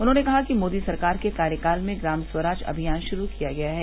उन्होंने कहा कि मोदी सरकार के कार्यकाल में ग्राम स्वराज अमियान शुरू किया गया है